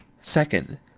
Second